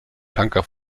tanker